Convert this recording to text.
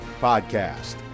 Podcast